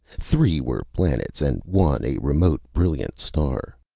three were planets and one a remote brilliant star.